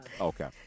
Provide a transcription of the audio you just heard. Okay